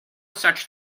such